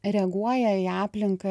reaguoja į aplinką